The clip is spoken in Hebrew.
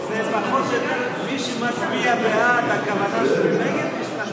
זה פחות או יותר: מי שמצביע בעד, הכוונה שהוא נגד.